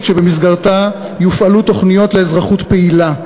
שבמסגרתה יופעלו תוכניות לאזרחות פעילה,